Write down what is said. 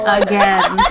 again